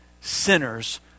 sinners